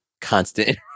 constant